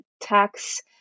tax